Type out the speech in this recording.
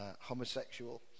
homosexual